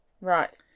Right